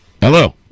Hello